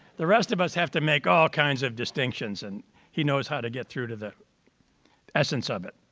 the rest of us have to make all kinds of distinctions and he knows how to get through to the essence of it.